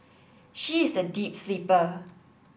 she is a deep sleeper